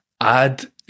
add